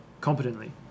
competently